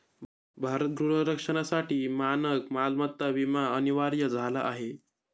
भारत गृह रक्षणासाठी मानक मालमत्ता विमा अनिवार्य झाला आहे